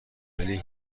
ولی